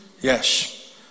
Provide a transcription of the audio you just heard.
Yes